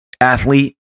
athlete